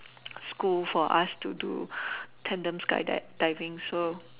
school for us to do pendulum skydiving so